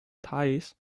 ties